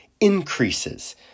increases